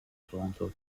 toronto